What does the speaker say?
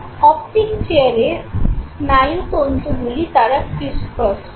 optic চেয়ারে স্নায়ু তন্তুগুলি তারা ক্রিস ক্রস করে